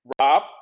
rob